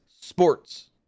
sports